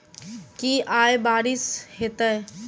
की आय बारिश हेतै?